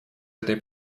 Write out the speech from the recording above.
этой